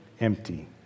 empty